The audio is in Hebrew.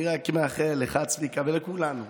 אני רק מאחל לך, צביקה, ולכולנו,